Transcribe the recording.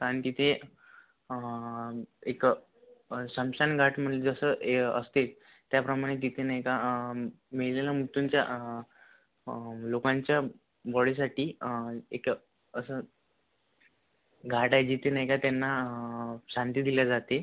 आणि तिथे एक समशान घाट म्हणून जसं हे असते त्याप्रमाणे तिथे नाही का मेलेल्या मृत्यूंच्या लोकांच्या बॉडीसाठी एक असं घाट आहे जिथे नाही का त्यांना शांती दिली जाते